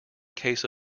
case